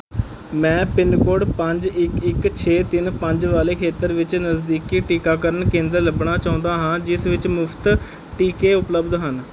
ਮੈਂ pin code ਪੰਜ ਇੱਕ ਇੱਕ ਛੇ ਤਿੰਨ ਪੰਜ ਵਾਲੇ ਖੇਤਰ ਵਿੱਚ ਨਜ਼ਦੀਕੀ ਟੀਕਾਕਰਨ ਕੇਂਦਰ ਲੱਭਣਾ ਚਾਹੁੰਦਾ ਹਾਂ ਜਿਸ ਵਿੱਚ ਮੁਫ਼ਤ ਟੀਕੇ ਉਪਲਬਧ ਹਨ